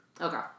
Okay